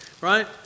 right